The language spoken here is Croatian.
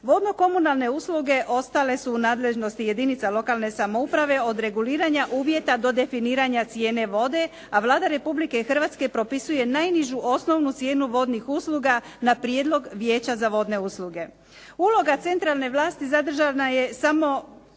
Vodno-komunalne usluge ostale su u nadležnosti jedinica lokalne samouprave od reguliranja uvjeta do definiranja cijene vode, a Vlada RH propisuje najnižu osnovnu cijenu vodnih usluga na prijedlog Vijeća za vodne usluge. Uloga centralne vlasti zadržana je u samo